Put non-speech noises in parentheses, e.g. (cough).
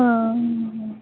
ہاں (unintelligible)